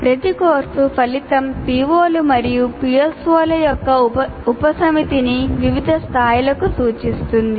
ప్రతి కోర్సు ఫలితం PO లు మరియు PSO ల యొక్క ఉపసమితిని వివిధ స్థాయిలకు సూచిస్తుంది